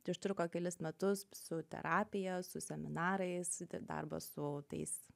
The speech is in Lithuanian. tai užtruko kelis metus su terapija su seminarais darbas su tais